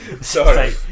Sorry